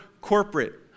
corporate